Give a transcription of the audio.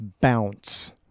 bounce